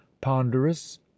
ponderous